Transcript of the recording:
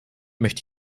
möchte